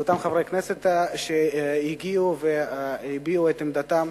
ולאותם חברי כנסת שהגיעו והביעו את עמדתם